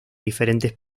diferentes